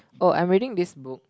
oh I'm reading this book